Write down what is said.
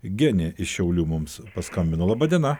genė iš šiaulių mums paskambino laba diena